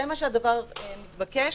זה דבר שהוא מתבקש,